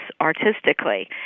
artistically